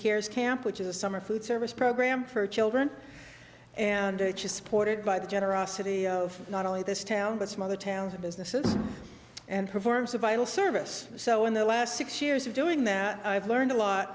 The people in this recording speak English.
cares camp which is a summer food service program for children and is supported by the generosity of not only this town but some other towns and businesses and performs a vital service so in the last six years of doing that i've learned a lot